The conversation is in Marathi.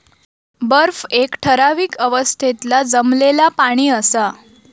बर्फ एक ठरावीक अवस्थेतला जमलेला पाणि असा